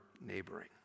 neighboring